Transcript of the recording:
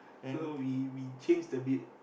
so we we change a bit